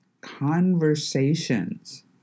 Conversations